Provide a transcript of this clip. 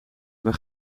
waar